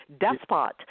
despot